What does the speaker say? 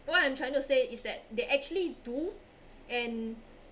what I'm trying to say is that they actually do and